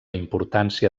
importància